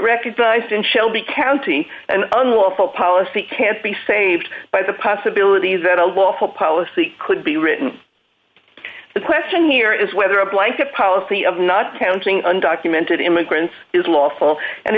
recognized in shelby county an unlawful policy can't be saved by the possibility that a lawful policy could be written the question here is whether a blanket policy of not counting undocumented immigrants is lawful and